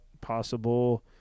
possible